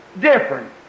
different